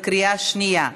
בקריאה שנייה.